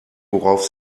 worauf